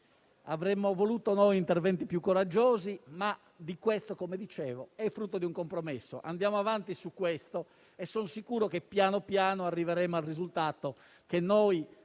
avremmo voluto interventi più coraggiosi, ma questo, come dicevo, è frutto di un compromesso. Andiamo avanti su questo e son sicuro che, piano piano, arriveremo al risultato che noi